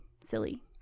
silly